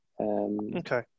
Okay